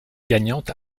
gagnante